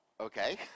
Okay